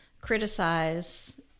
criticize